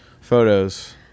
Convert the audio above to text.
photos